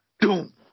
Doom